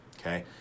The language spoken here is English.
okay